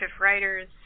writers